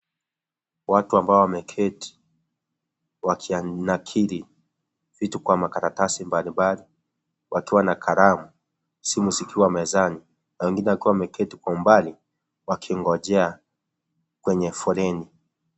Watu ambao wameketi wakinakiri vitu kwa makaratasi mbalimbali wakiwa na kalamu simu zikiwa mezani na wengine wakiwa wameketi kwa umbali wakingojea kwenye foreni.